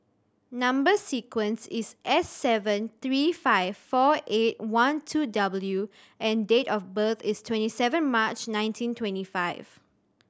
number sequence is S seven three five four eight one two W and date of birth is twenty seven March nineteen twenty five